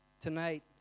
tonight